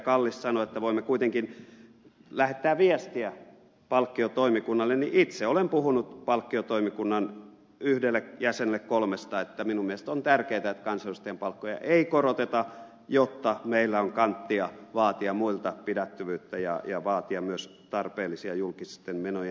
kallis sanoi että voimme kuitenkin lähettää viestiä palkkiotoimikunnalle niin itse olen puhunut palkkiotoimikunnan yhdelle jäsenelle kolmesta että minun mielestäni on tärkeää että kansanedustajien palkkoja ei koroteta jotta meillä on kanttia vaatia muilta pidättyvyyttä ja vaatia myös tarpeellisia julkisten menojen säästämisiä